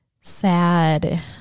sad